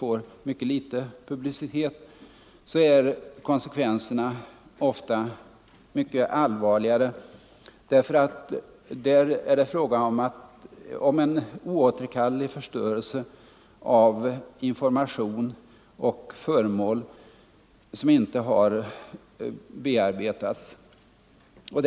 får obetydlig publicitet, är konsekvenserna ofta mycket allvarligare, eftersom det är fråga om en oåterkallelig förstörelse av information och föremål som inte har bearbetats vetenskapligt.